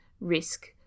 risk